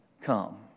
come